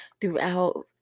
throughout